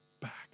back